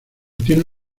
tiene